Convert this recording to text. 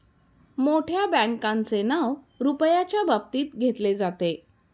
मोठ्या बँकांचे नाव रुपयाच्या बाबतीत घेतले जाते